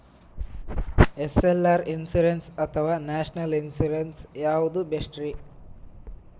Sir LIC insurance ಅಥವಾ national insurance ಯಾವುದು ಬೆಸ್ಟ್ರಿ?